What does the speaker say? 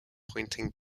pointing